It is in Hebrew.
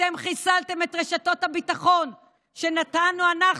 אתם חיסלתם את רשתות הביטחון שנתנו אנחנו